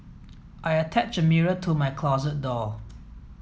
I attached a mirror to my closet door